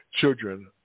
children